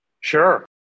Sure